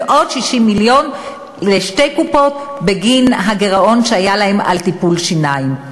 ועוד 60 מיליון לשתי קופות בגין הגירעון שהיה להן על טיפולי שיניים.